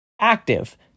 Active